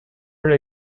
are